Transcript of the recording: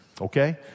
okay